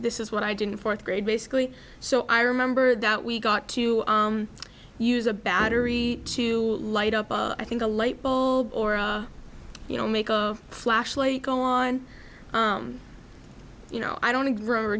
this is what i didn't fourth grade basically so i remember that we got to use a battery to light up i think a light bulb or you know make a flashlight go on you know i don't remember